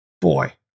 boy